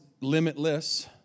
limitless